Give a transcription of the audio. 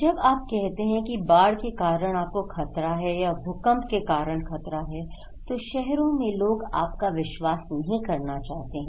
जब आप कहते हैं कि बाढ़ के कारण आपको खतरा है या भूकंप के कारण खतरा है तो शहरों में लोग आपका विश्वास नहीं करना चाहते हैं